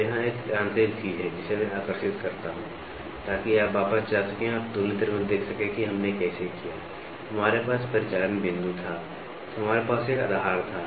तो यहां एक यांत्रिक चीज है जिसे मैं आकर्षित करता हूं ताकि आप वापस जा सकें और तुलनित्र में देख सकें कि हमने कैसे किया हमारे पास परिचालन बिंदु था तो हमारे पास एक आधार था